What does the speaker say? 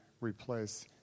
replace